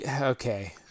Okay